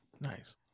Nice